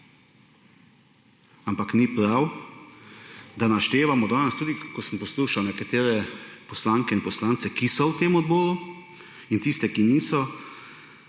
Ampak ni prav, da naštevamo danes, tudi ko sem poslušal nekatere poslanke in poslance, ki so v tem odboru, in tiste, ki niso,